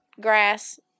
Grass